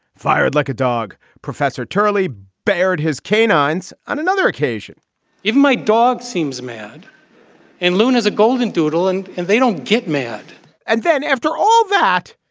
fired like a dog. professor turley bared his canines on another occasion even my dog seems mad and loon is a golden doodle. and and they don't get mad and then after all that,